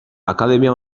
akademia